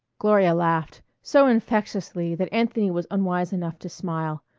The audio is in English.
gloria laughed, so infectiously that anthony was unwise enough to smile.